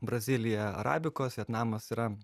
brazilija arabikos vietnamas yra